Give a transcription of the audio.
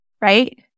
Right